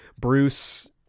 Bruce